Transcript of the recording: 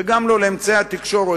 וגם לא לאמצעי התקשורת,